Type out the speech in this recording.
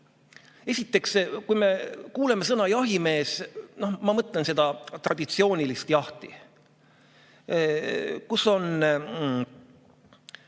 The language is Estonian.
Esiteks, kui ma kuulen sõna "jahimees", siis ma mõtlen seda traditsioonilist jahti, kus on